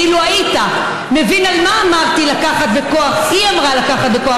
כי אילו היית מבין על מה אמרתי "לקחת בכוח" היא אמרה "לקחת בכוח",